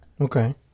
Okay